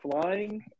flying